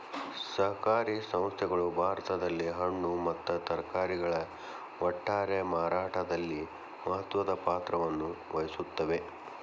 ಸಹಕಾರಿ ಸಂಸ್ಥೆಗಳು ಭಾರತದಲ್ಲಿ ಹಣ್ಣು ಮತ್ತ ತರಕಾರಿಗಳ ಒಟ್ಟಾರೆ ಮಾರಾಟದಲ್ಲಿ ಮಹತ್ವದ ಪಾತ್ರವನ್ನು ವಹಿಸುತ್ತವೆ